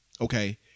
Okay